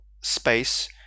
space